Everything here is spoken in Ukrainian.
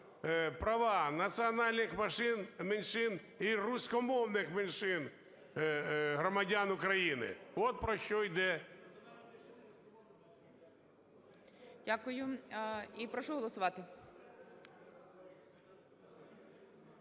права національних меншин і руськомовних меншин громадян України. От про що йде.